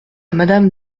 madame